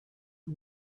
who